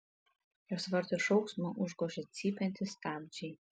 jos vardo šauksmą užgožia cypiantys stabdžiai